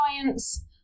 clients